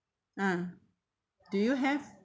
ah do you have